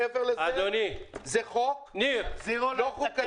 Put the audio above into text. מעבר לזה, זה חוק לא חוקתי.